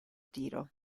tiro